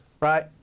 Right